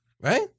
right